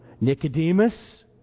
Nicodemus